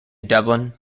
dublin